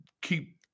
keep